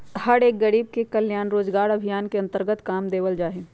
हर एक गरीब के गरीब कल्याण रोजगार अभियान के अन्तर्गत काम देवल जा हई